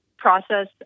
Process